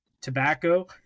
tobacco